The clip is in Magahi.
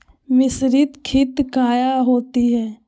मिसरीत खित काया होती है?